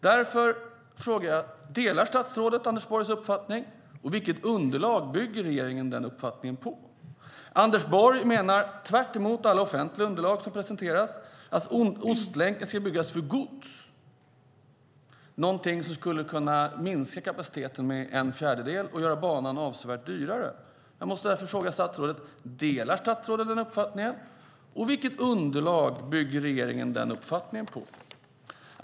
Därför undrar jag: Delar statsrådet Anders Borgs uppfattning, och vilket underlag bygger regeringen den uppfattningen på? Anders Borg menar, tvärtemot alla offentliga underlag som presenterats, att Ostlänken ska byggas för gods, vilket skulle kunna minska kapaciteten med en fjärdedel och göra banan avsevärt dyrare. Jag måste därför fråga statsrådet: Delar statsrådet den uppfattningen, och vilket underlag bygger regeringen den uppfattningen på?